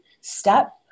step